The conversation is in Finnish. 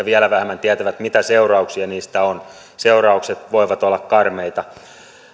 vielä vähemmän tietävät mitä seurauksia niistä on seuraukset voivat olla karmeita